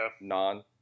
non